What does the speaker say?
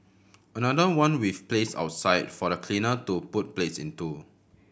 another one we've placed outside for the cleaner to put plates into